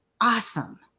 awesome